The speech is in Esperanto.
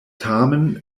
tamen